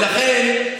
ולכן,